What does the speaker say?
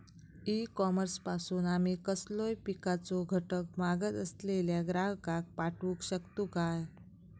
E commerce पासून आमी कसलोय पिकाचो घटक मागत असलेल्या ग्राहकाक पाठउक शकतू काय?